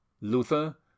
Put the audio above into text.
Luther